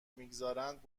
میگذارند